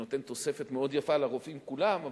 שנותן תוספת מאוד יפה לרופאים כולם,